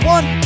One